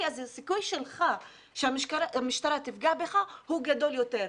אז הסיכוי שלך שהמשטרה תפגע בך הוא גדול יותר.